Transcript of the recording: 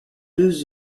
deux